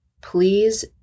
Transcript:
Please